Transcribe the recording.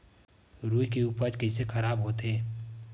रुई के उपज कइसे खराब होथे?